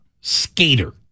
skater